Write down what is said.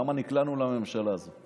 למה נקלענו לממשלה הזאת?